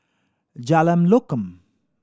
Jalan Lokam